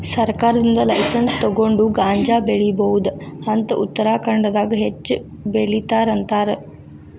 ಸರ್ಕಾರದಿಂದ ಲೈಸನ್ಸ್ ತುಗೊಂಡ ಗಾಂಜಾ ಬೆಳಿಬಹುದ ಅಂತ ಉತ್ತರಖಾಂಡದಾಗ ಹೆಚ್ಚ ಬೆಲಿತಾರ ಅಂತಾರ